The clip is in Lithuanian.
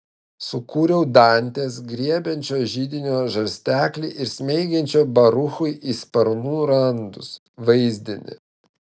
sukūriau dantės griebiančio židinio žarsteklį ir smeigiančio baruchui į sparnų randus vaizdinį